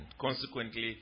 consequently